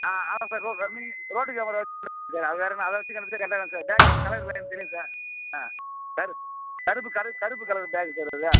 ஆ ஆமாம் sir road camera வெச்சுருந்தால் sir அது வேறென்னா அதை வெச்சு கண்டுபிடிச்சா கரெக்டாக தான் சார் பேக் என்னுது கலருலாம் எனக்கு தெரியும் சார் ஆ கருப்பு கருப்பு கலர் பேக் சார் அது